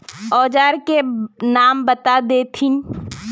औजार के नाम बता देथिन?